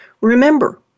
Remember